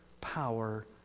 power